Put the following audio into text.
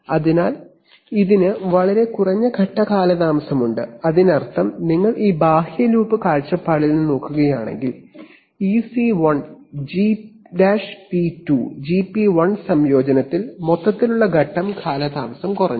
അതിനാൽ ഇതിന് വളരെ കുറഞ്ഞ ഘട്ടം കാലതാമസം ഉണ്ട് അതിനർത്ഥം നിങ്ങൾ ഈ ബാഹ്യ ലൂപ്പ് കാഴ്ചപ്പാടിൽ നിന്ന് നോക്കുകയാണെങ്കിൽ ഈ സി 1 ജിപി 2 ജിപി 1 സംയോജനത്തിൽ C1 G'p2 Gp1 combinationമൊത്തത്തിലുള്ള ഘട്ടം കാലതാമസം കുറഞ്ഞു